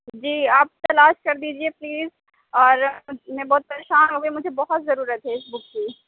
جی آپ تلاش کر دیجئے پلیز اور میں بہت پریشان ہو گئی ہوں اور مجھے بہت ضرورت ہے اس بک کی